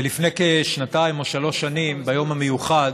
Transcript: ולפני כשנתיים או שלוש שנים, ביום המיוחד,